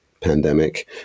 pandemic